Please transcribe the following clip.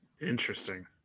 Interesting